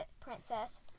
princess